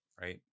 right